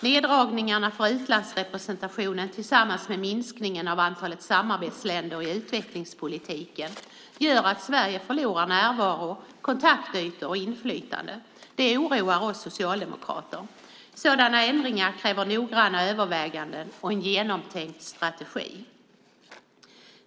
Neddragningarna för utlandsrepresentationen tillsammans med minskningen av antalet samarbetsländer i utvecklingspolitiken gör att Sverige förlorar närvaro, kontaktytor och inflytande. Det oroar oss socialdemokrater. Sådana ändringar kräver noggranna överväganden och en genomtänkt strategi.